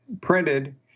Printed